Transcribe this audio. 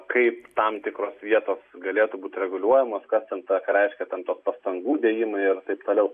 kaip tam tikros vietos galėtų būt reguliuojamos ką ten reiškia tos pastangų dėjimai ir taip toliau